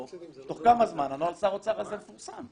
תוך כמה זמן נוהל שר האוצר הזה יפורסם.